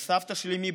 ואל סבתא של אימי,